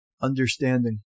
understanding